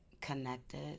connected